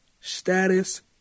status